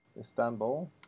Istanbul